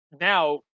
now